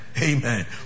Amen